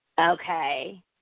Okay